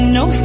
no